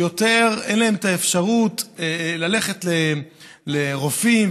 ואין להם יותר אפשרות ללכת לרופאים,